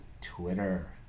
Twitter